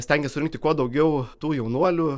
stengės surinkti kuo daugiau tų jaunuolių